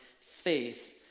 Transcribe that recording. faith